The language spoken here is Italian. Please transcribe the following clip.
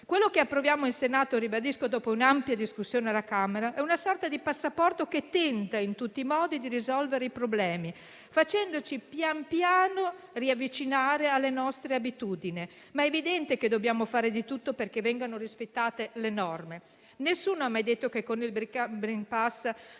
Quello che stiamo approvando in Senato, dopo un'ampia discussione alla Camera, è una sorta di passaporto che tenta in tutti i modi di risolvere i problemi, facendoci pian piano riavvicinare alle nostre abitudini, ma è evidente che dobbiamo fare di tutto perché vengano rispettate le norme. Nessuno ha mai detto che con il *green pass*